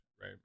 right